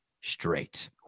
straight